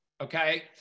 Okay